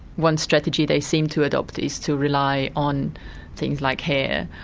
one strategy they seem to adopt is to rely on things like hair,